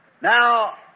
Now